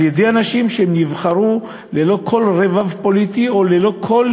על-ידי אנשים שנבחרו ללא כל רבב פוליטי או ללא כל